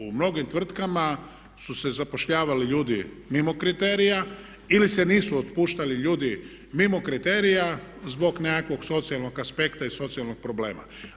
U mnogim tvrtkama su se zapošljavali ljudi mimo kriterija ili se nisu otpuštali ljudi mimo kriterija zbog nekakvog socijalnog aspekta i socijalnog problema.